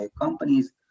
companies